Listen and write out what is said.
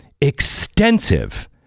Extensive